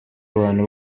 abantu